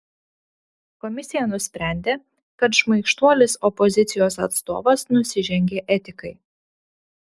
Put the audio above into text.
komisija nusprendė kad šmaikštuolis opozicijos atstovas nusižengė etikai